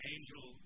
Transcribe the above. Angel